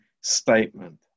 statement